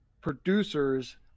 Producers